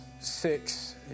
six